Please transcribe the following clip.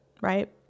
right